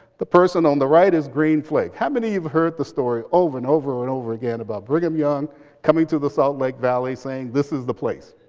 the person on the right is green flake. how many you've heard the story over, and over, and over again about brigham young coming to the salt lake valley saying, this is the place?